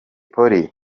polly